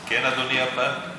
כן, אדוני הפג.